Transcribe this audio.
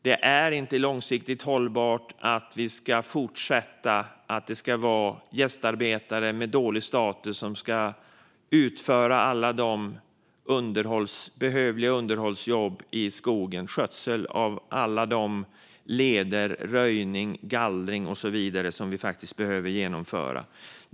Det är inte långsiktigt hållbart att fortsätta låta gästarbetare med dålig status utföra alla de underhållsjobb som behöver utföras i skogen. Det handlar om sådant som skötsel av leder, röjning, gallring och så vidare.